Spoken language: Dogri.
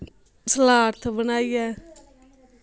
सलाथ बनाईऐ